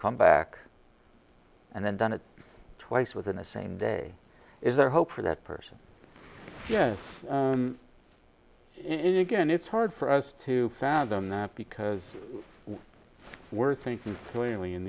come back and then done it twice within the same day is there hope for that person yes it again it's hard for us to fathom that because we're thinking clearly in